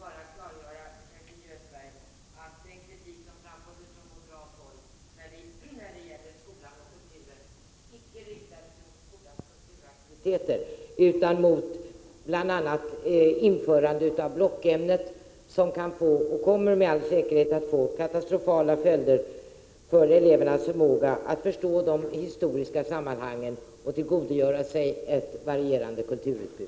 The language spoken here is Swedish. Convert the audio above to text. rslag fill kulturverks Fru talman! Jag vill bara klargöra för Kerstin Göthberg att den kritik som framfördes från moderat håll när det gäller skolan och kulturen icke riktades mot skolans kulturaktiviteter utan mot bl.a. införande av blockämnet som kan få, och med all sannolikhet kommer att få, katastrofala följder för elevernas förmåga att förstå de historiska sammanhangen och tillgodogöra sig ett varierande kulturutbud.